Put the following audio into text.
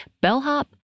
bellhop